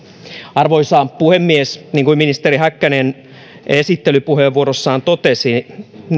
arvoisa puhemies niin kuin ministeri häkkänen esittelypuheenvuorossaan totesi